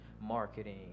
marketing